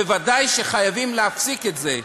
וודאי שחייבים להפסיק את זה.